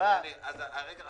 הסתייגות